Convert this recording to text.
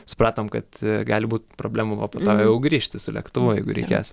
supratom kad gali būt problemų o po to jau grįžti su lėktuvu jeigu reikės